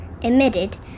emitted